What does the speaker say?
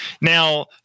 Now